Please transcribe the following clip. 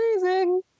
amazing